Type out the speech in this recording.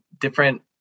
different